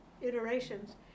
iterations